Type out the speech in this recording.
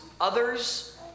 Others